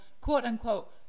quote-unquote